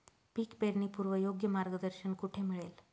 पीक पेरणीपूर्व योग्य मार्गदर्शन कुठे मिळेल?